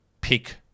pick